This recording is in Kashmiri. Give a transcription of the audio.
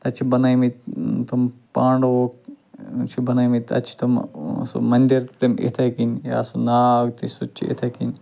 تَتہِ چھِ بَنٲوۍمٕتۍ تِم پانڈوَو چھِ بَنٲوۍمٕتۍ تَتہِ چھِ تِم سُہ منٛدِر تِم یِتھَے کٔنۍ یا سُہ ناگ تہِ سُہ تہِ چھِ یِتھَے کٔنۍ